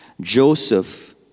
Joseph